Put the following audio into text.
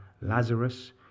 Lazarus